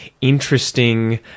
interesting